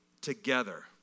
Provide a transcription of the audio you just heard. together